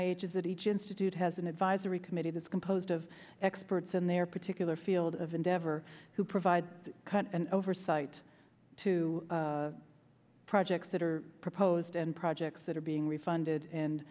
that each institute has an advisory committee that's composed of experts in their particular field of endeavor who provide an oversight to projects that are proposed and projects that are being refunded and